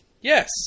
Yes